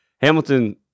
hamilton